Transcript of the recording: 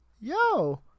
Yo